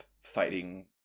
fighting